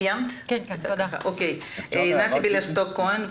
נתי ביאליסטוק-כהן,